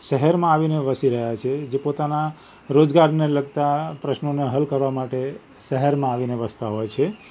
શહેરમાં આવીને વસી રહ્યાં છે જે પોતાના રોજગારને લગતાં પ્રશ્નોને હલ કરવા માટે શહેરમાં આવીને વસતા હોય છે